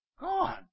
gone